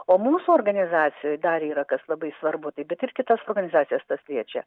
o mūsų organizacijoj dar yra kas labai svarbu tai bet ir kitas organizacijas tas liečia